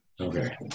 Okay